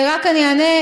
רק אני אענה.